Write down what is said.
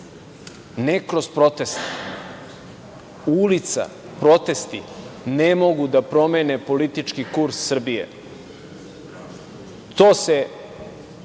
ne kroz proteste? Ulica, protesti, ne mogu da promene politički kurs Srbije. To se